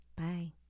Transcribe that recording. Bye